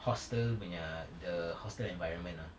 hostel punya the hostel environment ah